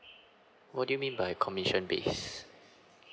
what do you mean by commission base